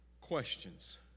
questions